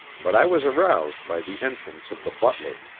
but i was aroused by the entrance of the butler.